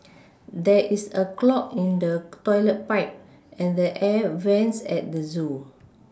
there is a clog in the toilet pipe and the air vents at the zoo